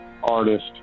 artist